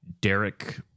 Derek